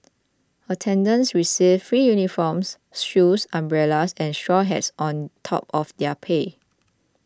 attendants received free uniforms shoes umbrellas and straw hats on top of their pay